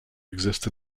exist